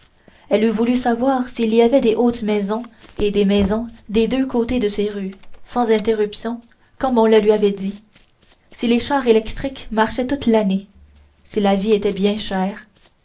elle eût voulu savoir s'il y avait de hautes maisons et des magasins des deux côtés de ces rues sans interruption comme on le lui avait dit si les chars électriques marchaient toute l'année si la vie était bien chère